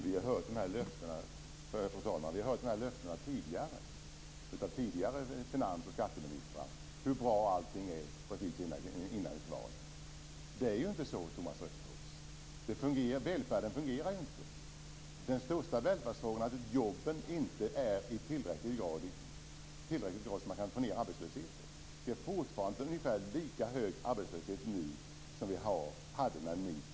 Fru talman! Vi har hört de löftena av tidigare finans eller skatteministrar precis före ett val. De har talat om hur bra allting är. Det är inte så, Thomas Östros. Välfärden fungerar inte. Den största välfärdsfrågan är att det inte finns tillräckligt många jobb för att få ned arbetslösheten. Vi har ungefär lika hög arbetslöshet nu som när ni tillträdde.